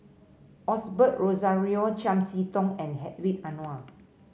Osbert Rozario Chiam See Tong and Hedwig Anuar